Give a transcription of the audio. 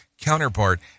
counterpart